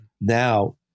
now